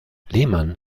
lehmann